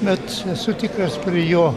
bet esu tikras prie jo